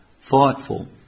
thoughtful